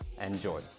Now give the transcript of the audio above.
Enjoy